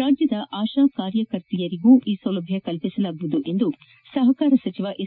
ರಾಜ್ಞದ ಆಶಾ ಕಾರ್ಯಕರ್ತೆಯರಿಗೂ ಈ ಸೌಲಭ್ಣ ಕಲ್ಲಿಸಲಾಗುವುದು ಎಂದು ಸಹಕಾರ ಸಚಿವ ಎಸ್